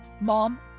Mom